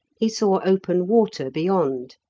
he saw open water beyond.